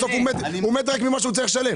בסוף מת ממה שצריך לשלם.